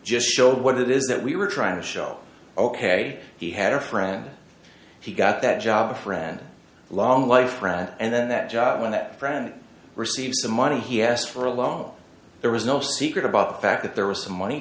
just showed what it is that we were trying to show ok he had a friend he got that job a friend a long life and then that job when that friend received the money he asked for along there was no secret about the fact that there was some money